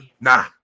Nah